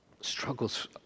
struggles